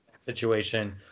situation